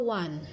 one